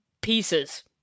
pieces